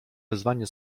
wezwanie